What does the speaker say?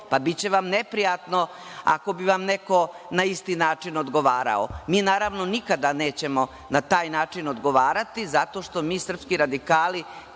Pa, biće vam neprijatno ako bi vam neko na isti način odgovarao. Mi naravno nikada nećemo na taj način odgovarati zato što mi srpski radikali